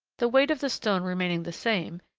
the weight of the stone remaining the same,